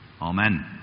Amen